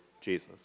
Jesus